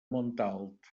montalt